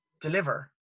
deliver